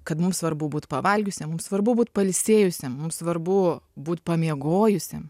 kad mums svarbu būt pavalgiusiem svarbu būt pailsėjusiem svarbu būt pamiegojusiem